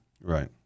Right